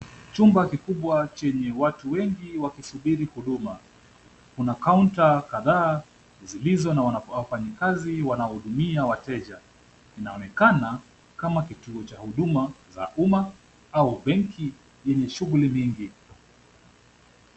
Chumba kikubwa chenye watu wengi wakisubiri huduma. Kuna kaunta kadhaa zilizo na wafanyikazi wanaohudumia wateja. Inaonekana kama kituo cha huduma za uma au benki yenye shughuli mingi.